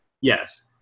yes